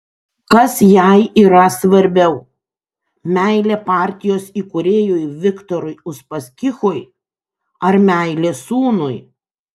kas jai yra svarbiau meilė partijos įkūrėjui viktorui uspaskichui ar meilė sūnui